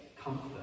comfort